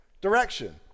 direction